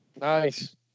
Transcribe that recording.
Nice